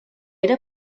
era